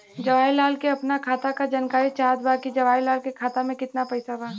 जवाहिर लाल के अपना खाता का जानकारी चाहत बा की जवाहिर लाल के खाता में कितना पैसा बा?